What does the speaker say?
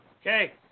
Okay